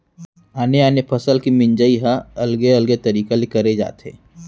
आने आने फसल के मिंजई ह अलगे अलगे तरिका ले करे जाथे